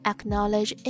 Acknowledge